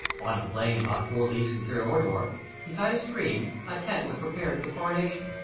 on a plain about four leagues from syra-orda, beside a stream, a tent was prepared for the coronation,